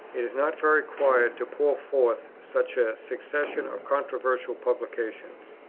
it is not very quiet to pour forth such a succession of controversial publications.